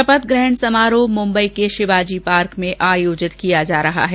शपथ ग्रहण समारोह मुंबई के शिवाजी पार्क में आयोजित किया जा रहा है